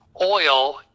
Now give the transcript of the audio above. oil